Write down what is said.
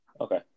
Okay